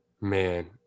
man